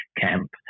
camp